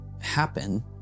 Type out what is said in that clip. happen